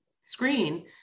screen